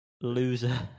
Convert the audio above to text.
loser